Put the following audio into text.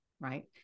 right